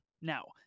now